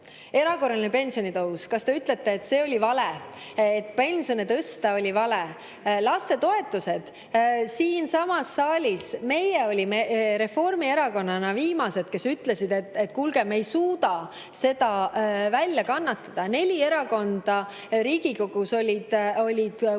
Erakorraline pensionitõus – kas te ütlete, et see oli vale, et pensione tõsta oli vale? Lastetoetused. Siinsamas saalis olime meie, Reformierakonna liikmed, viimased, kes ütlesid, et, kuulge, me ei suuda seda [tõusu] välja kannatada. Neli erakonda Riigikogus olid kokku